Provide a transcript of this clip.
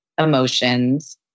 emotions